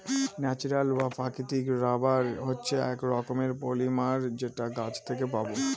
natural বা প্রাকৃতিক rubber হচ্ছে এক রকমের পলিমার যেটা গাছ থেকে পাবো